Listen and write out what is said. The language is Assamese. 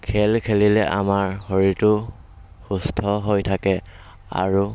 খেল খেলিলে আমাৰ শৰীৰটো সুস্থ হৈ থাকে আৰু